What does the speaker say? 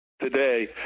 today